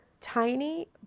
tiny